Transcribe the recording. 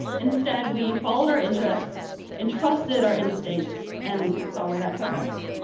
instead, we followed our interests and trusted our instincts and saw where that took us.